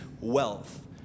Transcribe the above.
wealth